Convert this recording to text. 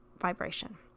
vibration